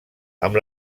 amb